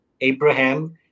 Abraham